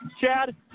Chad